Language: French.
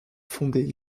fonder